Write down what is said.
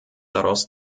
daraus